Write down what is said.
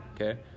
Okay